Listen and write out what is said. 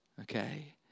okay